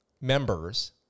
members